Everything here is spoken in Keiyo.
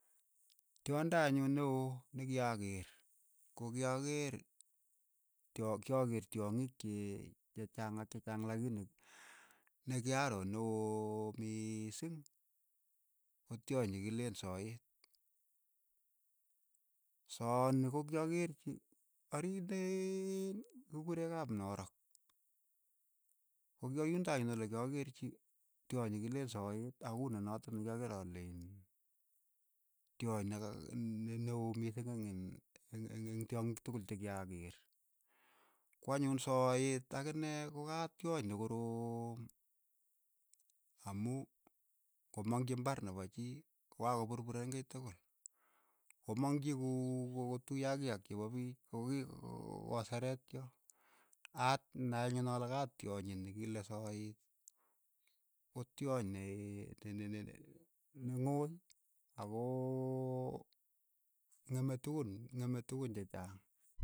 Tyondo anyun ne oo ne kiakeer, ko ki akeer tyo kiakeer tyong'ing che che chaang ak che chang lakini ne kiaroo ne oo miising ko tyonyi kileen soeet, sooni ko kyakeerchi ariiipen, ki kuree kamnorok, ko ki ka yundo anyun le kyokeerchi tyonyi kileen soeet akuni notok nekiakeer ale iin tyony neka ne- ne oo miising eng' iin eng' eng tyongik tokol che kiakeer, kwa anyun soeet akine ko ka tyony ne koroom amu komang'chi imbar nepo chii ko ka ko purpureen kei tukul, komang'chi kuu ko- ko tuyo ak kiak chepo piich kokiiko sereet choo, at nai anyun ale ka tyonyi ni kile soeet ko tyony ne- ne ne ng'oy akoo ng'eme tukun ng'eme tukun che chaang.